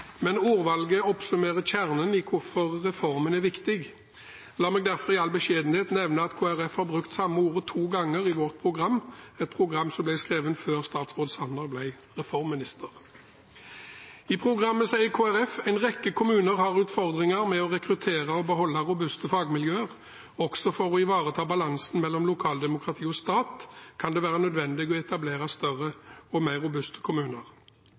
Men ordvalget oppsummerer kjernen i hvorfor reformen er viktig. La meg derfor i all beskjedenhet nevne at Kristelig Folkeparti har brukt samme ordet to ganger om dette i sitt program – et program som ble skrevet før statsråd Sanner ble reformminister. I programmet sier Kristelig Folkeparti at «en rekke kommuner har utfordringer med å rekruttere og beholde robuste fagmiljøer. Også for å ivareta balansen mellom lokaldemokrati og stat, kan det være nødvendig å etablere større og mer robuste kommuner.»